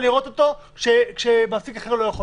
לראות אותו בזמן שמעסיק אחר לא יכול,